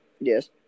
Yes